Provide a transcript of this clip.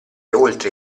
oltre